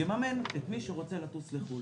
יממן את מי שרוצה לטוס לחו"ל.